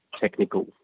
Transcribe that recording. technical